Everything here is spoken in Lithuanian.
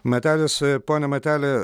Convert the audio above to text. matelis a pone mateli